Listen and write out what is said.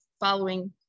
following